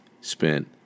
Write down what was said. spent